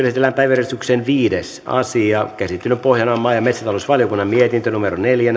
esitellään päiväjärjestyksen viides asia käsittelyn pohjana on maa ja metsätalousvaliokunnan mietintö neljä